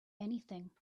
anything